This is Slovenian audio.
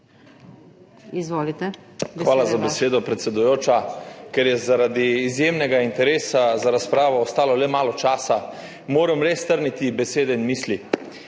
Svoboda):** Hvala za besedo, predsedujoča. Ker je zaradi izjemnega interesa za razpravo ostalo le malo časa, moram res strniti besede in misli.